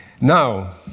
Now